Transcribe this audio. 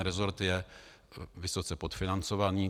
Resort je vysoce podfinancovaný.